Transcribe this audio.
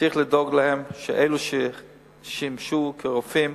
צריך לדאוג להם, שאלה ששימשו כרופאים